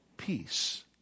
peace